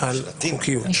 על החוקיות.